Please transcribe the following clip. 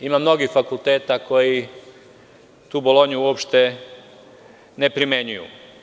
Ima mnogih fakulteta koji tu Bolonju uopšte ne primenjuju.